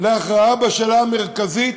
להכרעה בשאלה המרכזית: